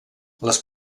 les